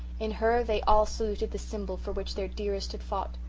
in her, they all saluted the symbol for which their dearest had fought.